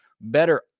better